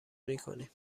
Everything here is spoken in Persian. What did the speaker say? میکنیم